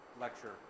lecture